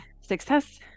success